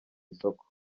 isoko